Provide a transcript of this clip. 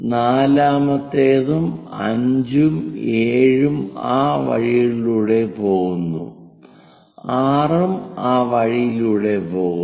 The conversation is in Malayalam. നാലാമത്തേതും 5 ഉം 7 ഉം ആ വഴിയിലൂടെ പോകുന്നു 6 ഉം ആ വഴിയിലൂടെ പോകുന്നു